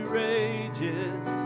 rages